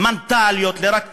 מנטליות ורק אידיאולוגיה.